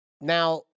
now